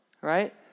Right